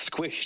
squished